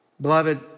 Beloved